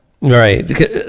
Right